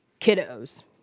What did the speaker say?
kiddos